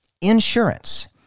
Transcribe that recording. insurance